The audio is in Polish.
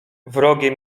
wrogie